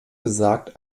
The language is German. gesagt